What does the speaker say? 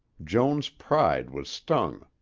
joan's pride was stung.